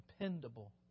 dependable